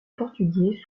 portugais